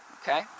Okay